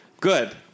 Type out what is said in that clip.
Good